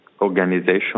organization